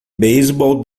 beisebol